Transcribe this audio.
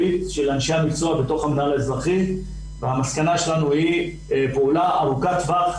ודאות כלכלית בעת השקעות פרטיות ארוכות טווח,